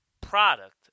product